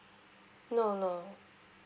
no no